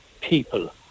people